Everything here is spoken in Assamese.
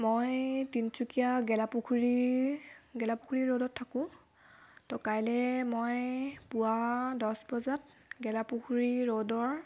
মই তিনিচুকীয়া গেলাপুখুৰী গেলাপুখুৰী ৰোডত থাকোঁ তো কাইলৈ মই পুৱা দহ বজাত গেলাপুখুৰী ৰোডৰ